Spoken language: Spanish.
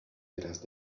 verás